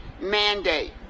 mandate